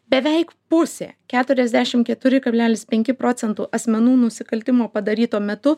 beveik pusė keturiasdešim keturi kablelis penki procentų asmenų nusikaltimo padaryto metu